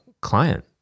client